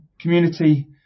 community